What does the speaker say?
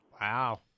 Wow